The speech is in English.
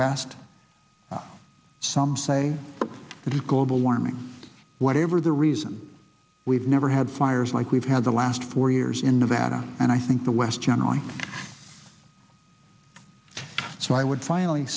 west some say it's global warming whatever the reason we've never had fires like we've had the last four years into that and i think the west generally so i would finally